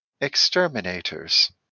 exterminators